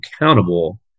accountable